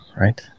right